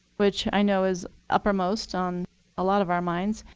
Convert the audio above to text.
which i know is uppermost on a lot of our minds.